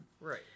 Right